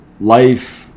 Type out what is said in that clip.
life